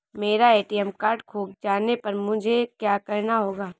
मेरा ATM card खो जाने पर मुझे क्या करना होगा?